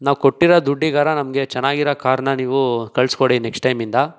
ನಾವು ಕೊಟ್ಟಿರೋ ದುಡ್ಡಿಗಾರ ನಮಗೆ ಚೆನ್ನಾಗಿರೋ ಕಾರ್ನ ನೀವು ಕಳಿಸ್ಕೊಡಿ ನೆಕ್ಸ್ಟ್ ಟೈಮ್ಯಿಂದ